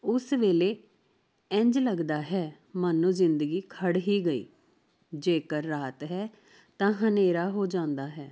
ਉਸ ਵੇਲੇ ਇੰਝ ਲੱਗਦਾ ਹੈ ਮਾਨੋ ਜ਼ਿੰਦਗੀ ਖੜ੍ਹ ਹੀ ਗਈ ਜੇਕਰ ਰਾਤ ਹੈ ਤਾਂ ਹਨ੍ਹੇਰਾ ਹੋ ਜਾਂਦਾ ਹੈ